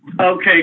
Okay